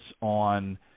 on